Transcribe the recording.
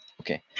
okay